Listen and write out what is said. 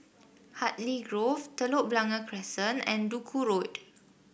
Hartley Grove Telok Blangah Crescent and Duku Road